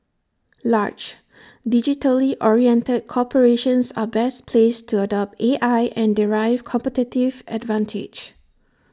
large digitally oriented corporations are best placed to adopt A I and derive competitive advantage